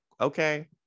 okay